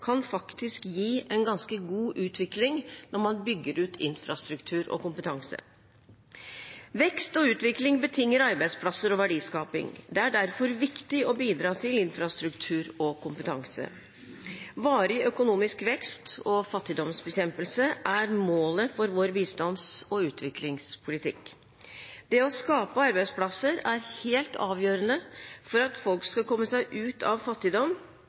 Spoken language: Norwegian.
kan faktisk gi en ganske god utvikling når man bygger ut infrastruktur og kompetanse. Vekst og utvikling betinger arbeidsplasser og verdiskaping. Det er derfor viktig å bidra til infrastruktur og kompetanse. Varig økonomisk vekst og fattigdomsbekjempelse er målet for vår bistands- og utviklingspolitikk. Det å skape arbeidsplasser er helt avgjørende for at folk skal komme seg ut av fattigdom,